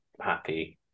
happy